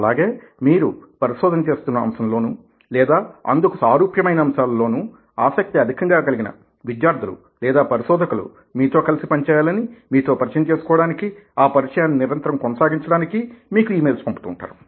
అలాగే మీరు పరిశోధన చేస్తున్న అంశంలోనూ లేదా అందుకు సారూప్యమైన అంశాలలోనూ ఆసక్తి అధికంగా కలిగిన విద్యార్థులు లేదా పరిశోధకులూ మీతో కలిసి పనిచేయాలని మీతో పరిచయం చేసుకోవడానికీ ఆ పరిచయాన్ని నిరంతరం కొనసాంగించడానికీ మీకు ఇ మెయిల్స్ పంపుతూ వుంటారు